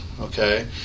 Okay